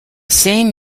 same